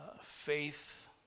faith